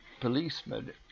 policeman